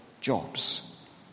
jobs